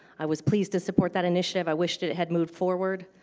i was pleased to support that initiative. i wished it had moved forward.